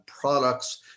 products